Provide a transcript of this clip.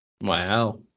Wow